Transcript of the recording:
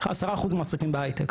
עשרה אחוז מועסקים בהייטק.